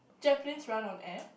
jet planes run on air